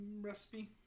recipe